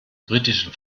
britischen